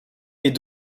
est